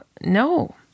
no